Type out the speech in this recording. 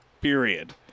Period